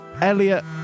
Elliot